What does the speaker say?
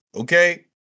okay